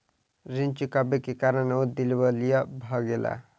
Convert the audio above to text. ऋण चुकबै के कारण ओ दिवालिया भ गेला